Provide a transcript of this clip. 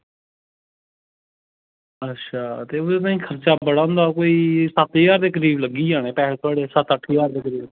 अच्छा ते भई खर्चा बड़ा होंदा कोई सत्त ज्हार दे करीब लग्गी जाने पैहे थुआढ़े सत्त अट्ठ ज्हार दे